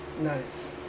Nice